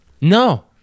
No